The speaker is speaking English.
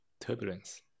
Turbulence